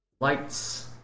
lights